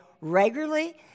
regularly